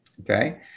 okay